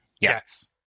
Yes